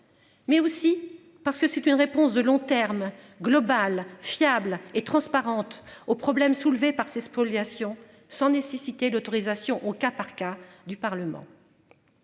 Mais aussi parce que c'est une réponse de long terme global fiables et transparentes aux problèmes soulevés par ces spoliations sans nécessiter d'autorisation au cas par cas du Parlement.